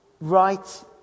right